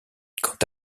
quant